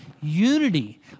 unity